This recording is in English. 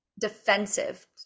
defensive